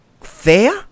fair